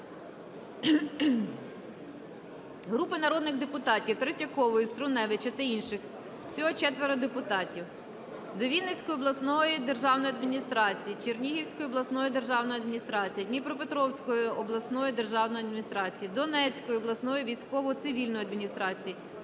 Групи народних депутатів (Третьякової, Струневича та інших. Всього 4 депутатів) до Вінницької обласної державної адміністрації, Чернігівської обласної державної адміністрації, Дніпропетровської обласної державної адміністрації, Донецької обласної військово-цивільної адміністрації,